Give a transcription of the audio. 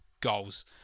goals